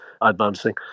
advancing